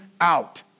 out